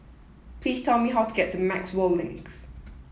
please tell me how to get to Maxwell Link